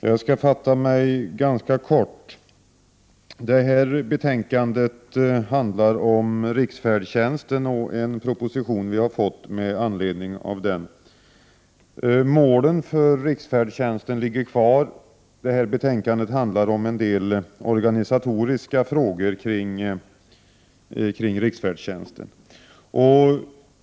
Herr talman! Jag skall fatta mig ganska kort. Trafikutskottets betänkande 17 behandlar riksfärdtjänsten och en proposition om denna. Målen för riksfärdtjänsten ligger kvar. Det här betänkandet handlar om en del organisatoriska frågor kring riksfärdtjänsten.